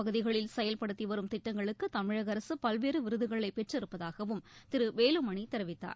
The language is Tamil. பகுதிகளில் செயல்படுத்திவரும் ஊரகப் திட்டங்களுக்குதமிழகஅரசுபல்வேறுவிருதுகளைபெற்றிருப்பதாகவும் திருவேலுமணிதெரிவித்தார்